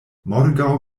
morgaŭ